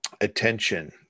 attention